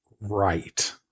right